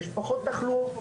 יש פחות תחלואה.